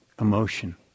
emotion